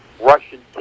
Russian